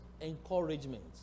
encouragement